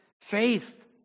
faith